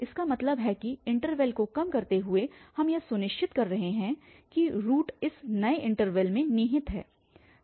इसका मतलब है कि इन्टरवल को कम करते हुए हम यह सुनिश्चित कर रहे हैं कि रूट इस नए इन्टरवल में निहित है